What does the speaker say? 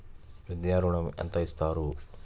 విద్యా ఋణం ఎంత ఇస్తారు?